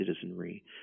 citizenry